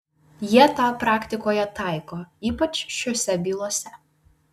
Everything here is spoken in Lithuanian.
jie tą praktikoje taiko ypač šiose bylose